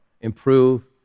improve